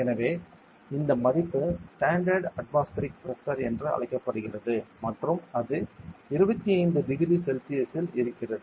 எனவே இந்த மதிப்பு ஸ்டாண்டர்டு அட்மாஸ்பரிக் பிரஷர் என்று அழைக்கப்படுகிறது மற்றும் அது 25 டிகிரி செல்சியஸ் இல் இருக்கிறது